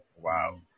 wow